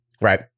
Right